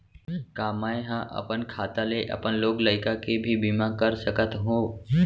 का मैं ह अपन खाता ले अपन लोग लइका के भी बीमा कर सकत हो